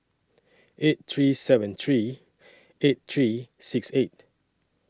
eight three seven three eight three six eight